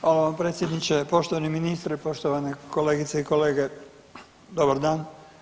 Hvala vam predsjedniče, poštovani ministre, poštovane kolegice i kolege dobar dan.